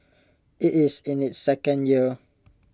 IT is in its second year